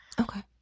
Okay